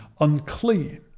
unclean